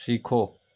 सीखो